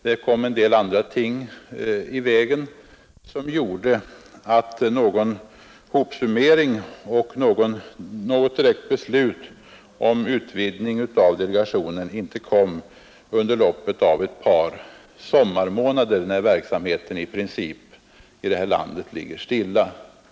Det kom en del andra ting i vägen, som gjorde att någon hopsummering inte skedde och att något direkt beslut om utvidgning av delegationen inte fattades under loppet av ett par sommarmånader, då verksamheten i vårt land över huvud taget i princip ligger stilla.